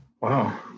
Wow